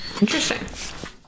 interesting